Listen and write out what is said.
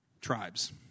tribes